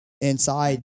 inside